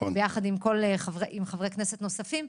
ביחד עם חברי כנסת נוספים,